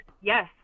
Yes